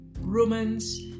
Romans